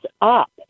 up